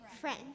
Friend